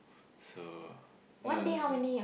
so ya it's fine